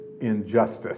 injustice